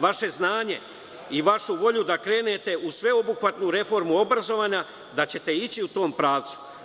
vaše znanje i vašu volju da krenete u sveobuhvatnu reformu obrazovanja, da ćete ići u tom pravcu.